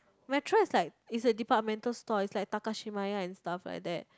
Metro is like is a departmental store is like Takashimaya and stuff like that